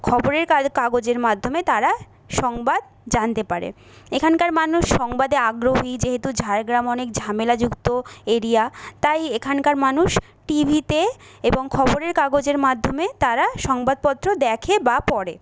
খবরের কাগজের মাধ্যমে তারা সংবাদ জানতে পারে এখানকার মানুষ সংবাদে আগ্রহী যেহেতু ঝাড়গ্রাম অনেক ঝামেলাযুক্ত এরিয়া তাই এখানকার মানুষ টি ভিতে এবং খবরের কাগজের মাধ্যমে তারা সংবাদপত্র দেখে বা পড়ে